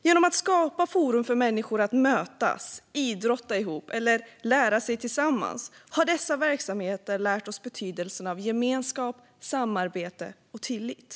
Genom att skapa forum för människor att mötas, idrotta ihop eller lära sig tillsammans har dessa verksamheter lärt oss betydelsen av gemenskap, samarbete och tillit.